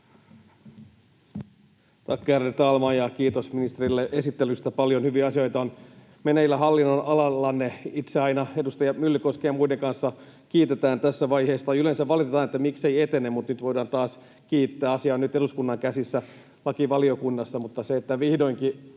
Tack, ärade talman! Ja kiitos ministerille esittelystä, paljon hyviä asioita on meneillään hallinnonalallanne. Itse aina edustaja Myllykosken ja muiden kanssa kiitän tässä vaiheessa — tai yleensä me valitetaan, että miksei etene — ja nyt voidaan taas kiittää. Asia on nyt eduskunnan käsissä lakivaliokunnassa, ja vihdoinkin